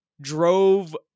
drove